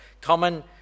common